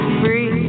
free